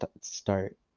start